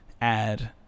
add